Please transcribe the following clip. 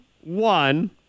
one